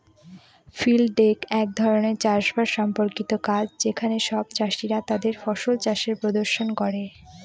field day এক ধরনের চাষ বাস সম্পর্কিত কাজ যেখানে সব চাষীরা তাদের ফসল চাষের প্রদর্শন করে